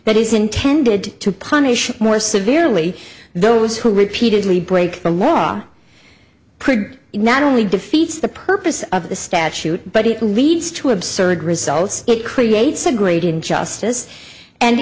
that is intended to punish more severely those who repeatedly break the law could not only defeats the purpose of the statute but it leads to absurd results it creates a great injustice and